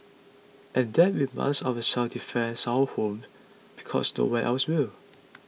and that we must ourselves defend our home because no one else will